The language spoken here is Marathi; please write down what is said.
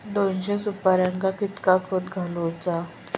दोनशे सुपार्यांका कितक्या खत घालूचा?